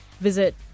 visit